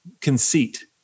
conceit